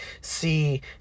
see